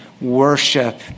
worship